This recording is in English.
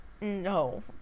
no